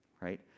right